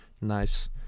nice